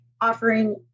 offering